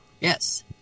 Yes